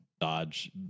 dodge